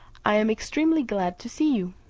i am extremely glad to see you.